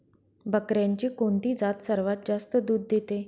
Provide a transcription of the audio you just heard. बकऱ्यांची कोणती जात सर्वात जास्त दूध देते?